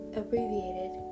abbreviated